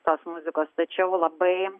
tos muzikos tačiau labai